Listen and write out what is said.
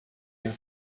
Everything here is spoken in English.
you